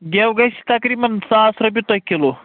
گیٚو گَژھہِ تقریبن ساس رۄپیہِ تۄہہِ کِلو